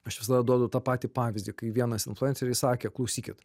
aš visada duodu tą patį pavyzdį kai vienas influenceris sakė klausykit